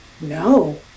No